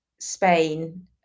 Spain